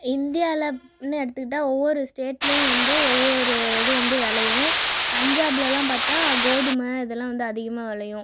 இந்தியாவிலனு எடுத்துக்கிட்டே ஒவ்வொரு ஸ்டேட்லேயும் வந்து ஒவ்வொரு இது வந்து விளையும் பஞ்சாபில் எல்லாம் வந்து பார்த்தா கோதுமை இதெல்லாம் வந்து அதிகமாக விளையும்